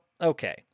okay